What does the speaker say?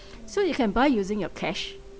so you can buy using your cash